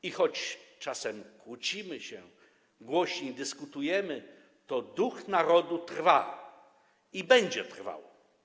I choć czasem kłócimy się, głośniej dyskutujemy, to duch narodu trwa i będzie trwał.